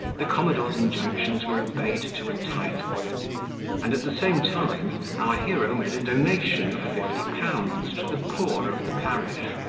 the commodore's injunctions were obeyed to a title and at the same time our hero made a donation of fifty pounds to the poor of the parish,